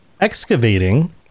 Excavating